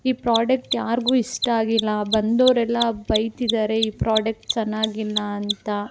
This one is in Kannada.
ಈ ಪ್ರೋಡಕ್ಟ್ ಯಾರಿಗೂ ಇಷ್ಟ ಆಗಿಲ್ಲ ಬಂದೋರೆಲ್ಲ ಬೈತಿದ್ದಾರೆ ಈ ಪ್ರೋಡಕ್ಟ್ ಚೆನ್ನಾಗಿಲ್ಲ ಅಂತ